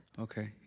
okay